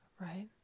Right